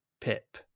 Pip